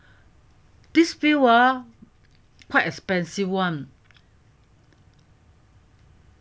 this few ah quite expensive [one]